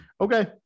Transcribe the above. Okay